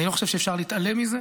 אני לא חושב שאפשר להתעלם מזה.